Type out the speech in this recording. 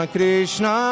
Krishna